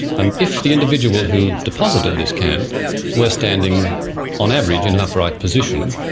and if the individual who deposited this can were standing on average in an upright position,